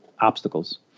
obstacles